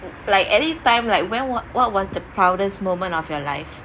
like anytime like when what what was the proudest moment of your life